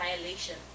violation